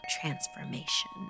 transformation